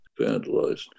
vandalized